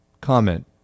Comment